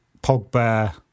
Pogba